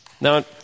Now